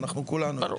ברור.